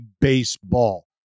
baseball